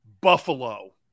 Buffalo